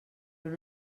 però